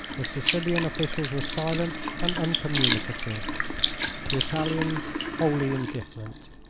the sicilian officials were silent and uncommunicative the italians wholly indifferent.